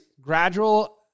gradual